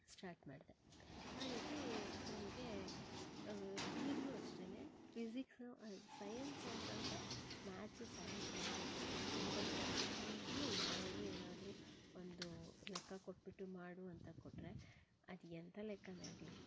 start ಮಾಡಿದೆ ಹಾಗಾಗಿ ನನಗೆ ಈಗಲೂ ಅಷ್ಟೇನೇ ಫಿಸಿಕ್ಸ್ ಸೈಯನ್ಸ್ ಅಂತಂದರೆ ಮ್ಯಾಥ್ಸ್ ಸೈಯನ್ಸ್ ಅಂದರೆ ತುಂಬಾನೇ ಇಷ್ಟ ಈಗಲೂ ಯಾರಾದರೂ ಏನಾದರೂ ಒಂದು ಲೆಕ್ಕ ಕೊಟ್ಟುಬಿಟ್ಟು ಮಾಡು ಅಂತ ಕೊಟ್ಟರೆ ಅದು ಎಂಥ ಲೆಕ್ಕವೇ ಆಗಲಿ